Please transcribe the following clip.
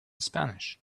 spanish